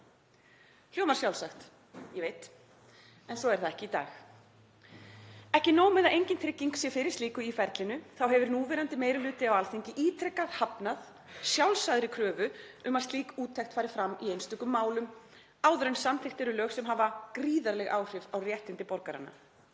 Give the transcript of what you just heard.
hljómar sjálfsagt, ég veit, en svo er það ekki í dag. Ekki nóg með að engin trygging sé fyrir slíku í ferlinu heldur hefur núverandi meiri hluti á Alþingi ítrekað hafnað sjálfsagðri kröfu um að slík úttekt fari fram í einstökum málum áður en samþykkt eru lög sem hafa gríðarleg áhrif á réttindi borgaranna.